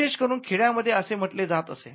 विशेष करून खेड्यांमध्ये असे म्हटले जात असे